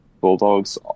bulldogs